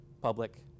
public